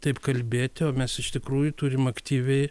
taip kalbėti o mes iš tikrųjų turim aktyviai